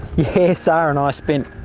yeah, sara and i spent